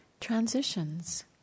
transitions